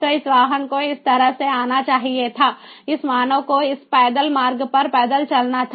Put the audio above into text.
तो इस वाहन को इस तरह से आना चाहिए था इस मानव को इस पैदल मार्ग पर पैदल चलना था